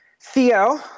Theo